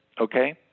Okay